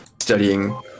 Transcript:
studying